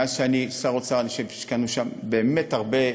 מאז אני שר האוצר, אני חושב שהשקענו שם באמת הרבה,